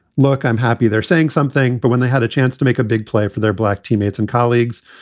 look, i'm happy they're saying something, but when they had a chance to make a big play for their black teammates and colleagues,